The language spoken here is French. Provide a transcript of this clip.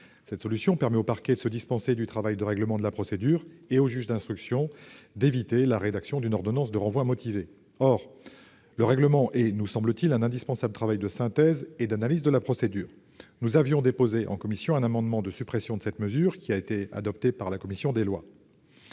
Cette solution permet au parquet de se dispenser du travail de règlement de la procédure et au juge d'instruction d'éviter la rédaction d'une ordonnance de renvoi motivé. Or le règlement nous semble constituer un indispensable travail de synthèse et d'analyse de la procédure. Nous avions déposé en commission un amendement de suppression de cette mesure, qui a été adopté par la commission des lois.